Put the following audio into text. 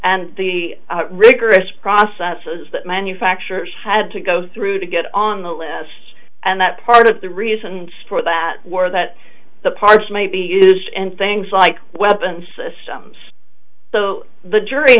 and the rigorous processes that manufacturers had to go through to get on the list and that part of the reason for that were that the parts may be used and things like weapon systems so the jury